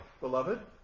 beloved